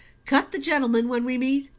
cut the gentleman when we meet?